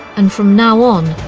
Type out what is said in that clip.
and from now on,